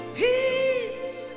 peace